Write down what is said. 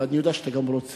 ואני יודע שאתה גם רוצה,